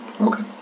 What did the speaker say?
Okay